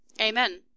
Amen